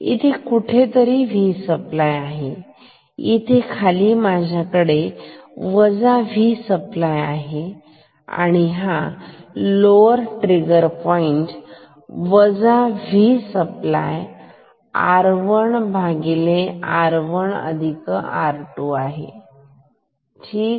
इथे कुठेतरी V supply आहे इथे खाली माझ्याकडे वजा V सप्लाय आहे आणि हा लोवर ट्रिगर पॉईंट आहे वजा V सप्लाय R1 R1R2 ठीक